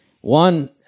one